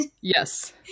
Yes